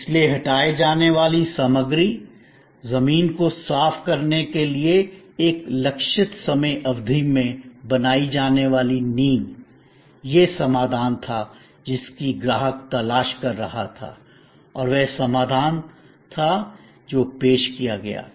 इसलिए हटाए जाने वाली सामग्री जमीन को साफ करने के लिए एक लक्षित समय अवधि में बनाई जाने वाली नींव वह समाधान था जिसकी ग्राहक तलाश कर रहा था और वह समाधान था जो पेश किया गया था